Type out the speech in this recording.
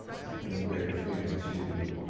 i think we need greater freedom to